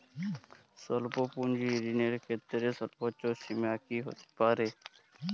স্বল্প পুঁজির ঋণের ক্ষেত্রে সর্ব্বোচ্চ সীমা কী হতে পারে?